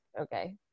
okay